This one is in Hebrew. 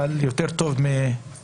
הוא יותר טוב מאפס.